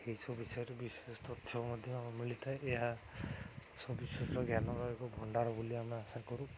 ଏଇସବୁ ବିଷୟରେ ବିଶେଷ ତଥ୍ୟ ମଧ୍ୟ ମିଳିଥାଏ ଏହା ସବୁ ବିଶେଷ ଜ୍ଞାନର ଏକ ଭଣ୍ଡାର ବୋଲି ଆମେ ଆଶା କରୁ